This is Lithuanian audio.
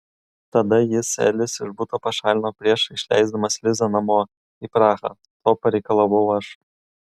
tada jis elis iš buto pašalino prieš išleisdamas lizą namo į prahą to pareikalavau aš